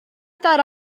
thought